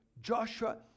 Joshua